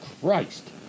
Christ